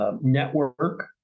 Network